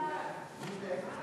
1 15